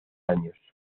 años